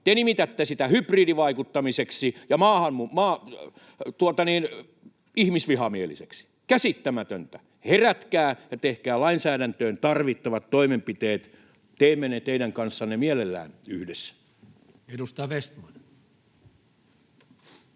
te nimitätte sitä hybridivaikuttamiseksi ja ihmisvihamieliseksi. Käsittämätöntä. Herätkää ja tehkää lainsäädäntöön tarvittavat toimenpiteet. Teemme ne teidän kanssanne mielellään yhdessä. [Speech